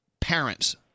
parents